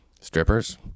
Strippers